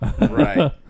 Right